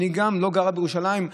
אני לא גרה בירושלים,